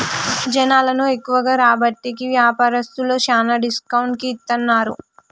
జనాలను ఎక్కువగా రాబట్టేకి వ్యాపారస్తులు శ్యానా డిస్కౌంట్ కి ఇత్తన్నారు